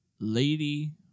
Lady